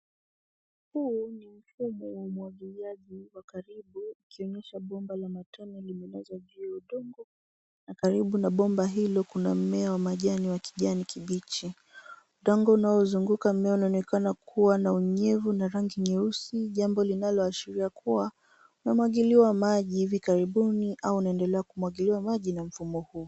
Huu ni mfumo wa umwagiliaji kwa karibu ukionyesha bomba la matone limelazwa juu ya udongo na karibu na bomba hilo kuna mmea wa rangi ya kijani kibichi. Udongo unaozunguka mmea unaonekana kuwa na unyevu na rangi nyeusi, jambo linaloashiria kuwa unamwagiliwa maji hivi karibuni au unaendelea kumwagiwa maji na mfumo huu.